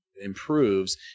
improves